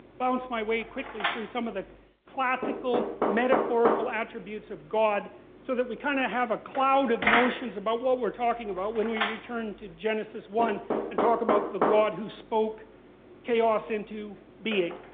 bounce my way quickly through some of the classical, metaphorical attributes of god, so that we kind of have a cloud of notions about what we're talking about when we return to genesis one and talk about the god who spoke chaos into being.